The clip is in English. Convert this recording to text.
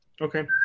Okay